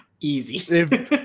easy